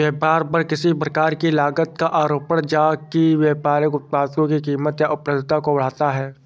व्यापार पर किसी प्रकार की लागत का आरोपण जो कि व्यापारिक उत्पादों की कीमत या उपलब्धता को बढ़ाता है